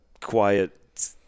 quiet